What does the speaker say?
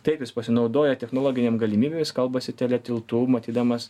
taip jis pasinaudoja technologinėm galimybėm jis kalbasi teletiltu matydamas